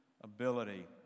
ability